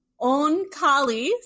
Onkali